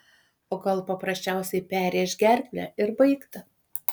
o gal paprasčiausiai perrėš gerklę ir baigta